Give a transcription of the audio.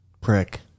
prick